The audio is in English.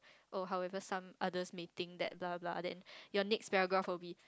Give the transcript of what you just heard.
oh however some others may think that blah blah then your next paragraph will be